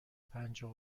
پنجاه